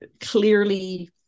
clearly